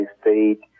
state